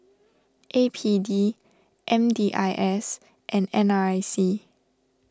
A P D M D I S and N R I C